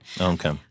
Okay